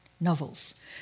novels